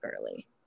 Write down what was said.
early